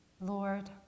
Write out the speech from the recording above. Lord